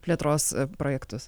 plėtros projektus